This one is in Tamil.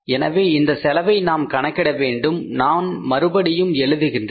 எனவே இந்தச் செலவை நாம் கணக்கிட வேண்டும் நான் மறுபடியும் எழுதுகின்றேன்